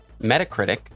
Metacritic